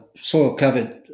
soil-covered